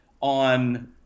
on